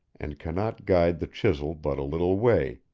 and cannot guide the chisel but a little way,